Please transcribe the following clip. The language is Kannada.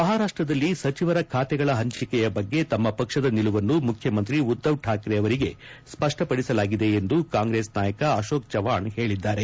ಮಹಾರಾಷ್ಟದಲ್ಲಿ ಸಚಿವರ ಖಾತೆಗಳ ಹಂಚಿಕೆಯ ಬಗ್ಗೆ ತಮ್ಮ ಪಕ್ಷದ ನಿಲುವನ್ನು ಮುಖ್ಯಮಂತ್ರಿ ಉದ್ದವ್ ಠಾಕ್ರೆ ಅವರಿಗೆ ಸ್ಪಷ್ಪಪಡಿಸಲಾಗಿದೆ ಎಂದು ಕಾಂಗ್ರೆಸ್ ನಾಯಕ ಅಶೋಕ್ ಚೌವ್ನಾಣ್ ಹೇಳಿದ್ದಾರೆ